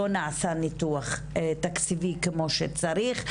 לא נעשה ניתוח תקציבי כמו שצריך,